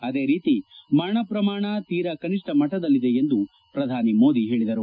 ಅದೇ ರೀತಿ ಮರಣ ಪ್ರಮಾಣ ತೀರಾ ಕನಿಷ್ಠ ಮಟ್ಟದಲ್ಲಿದೆ ಎಂದು ಪ್ರಧಾನಿ ಮೋದಿ ಹೇಳಿದರು